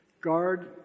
Guard